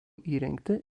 įrengti